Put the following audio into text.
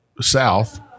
south